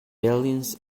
billions